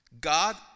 God